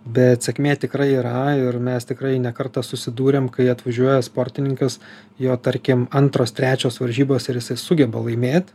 bet sėkmė tikrai yra ir mes tikrai ne kartą susidūrėm kai atvažiuoja sportininkas jo tarkim antros trečios varžybos ir jisai sugeba laimėt